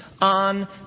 on